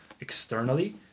externally